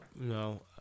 no